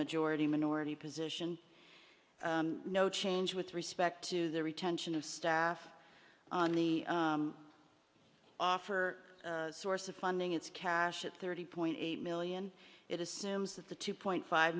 majority minority position no change with respect to the retention of staff on the offer source of funding it's cash at thirty point eight million it assumes that the two point five